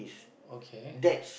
okay